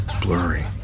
blurry